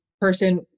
person